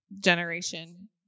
generation